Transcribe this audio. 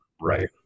Right